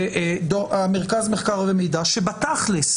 מרכז המחקר והמידע, שבתכל'ס